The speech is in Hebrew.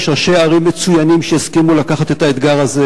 יש ראשי ערים מצוינים שיסכימו לקחת את האתגר הזה